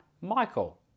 Michael